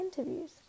interviews